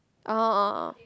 ah ah ah